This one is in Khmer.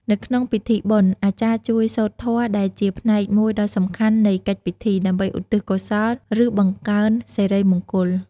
នៅក្នុងពិធីបុណ្យ អាចារ្យជួយ សូត្រធម៌ ដែលជាផ្នែកមួយដ៏សំខាន់នៃកិច្ចពិធី ដើម្បីឧទ្ទិសកុសល ឬបង្កើនសិរីមង្គល។